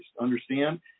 understand